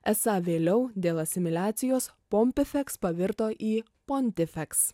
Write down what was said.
esą vėliau dėl asimiliacijos pompefeks pavirto į pontifeks